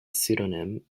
pseudonym